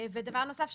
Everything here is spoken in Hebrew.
ודבר נוסף,